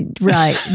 Right